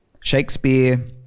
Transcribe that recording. Shakespeare